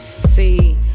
see